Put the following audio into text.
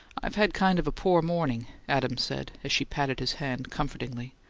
i've had kind of a poor morning, adams said, as she patted his hand comfortingly.